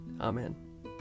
Amen